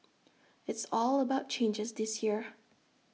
it's all about changes this year